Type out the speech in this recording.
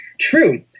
true